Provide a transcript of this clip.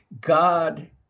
God